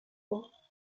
both